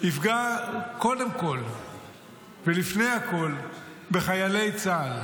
יפגע קודם כול ולפני הכול בחיילי צה"ל.